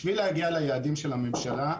בשביל להגיע ליעדים של הממשלה,